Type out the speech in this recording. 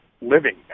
living